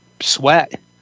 sweat